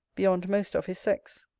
beyond most of his sex.